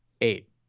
eight